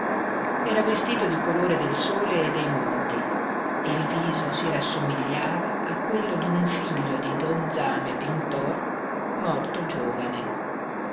era vestito di colore del sole e dei monti e il viso si rassomigliava a quello di un figlio di don zame pintor morto giovane